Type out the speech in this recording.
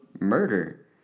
murder